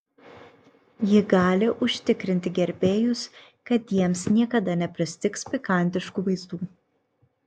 ji gali užtikrinti gerbėjus kad jiems niekada nepristigs pikantiškų vaizdų